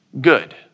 good